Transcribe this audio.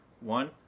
One